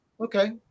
Okay